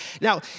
Now